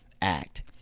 Act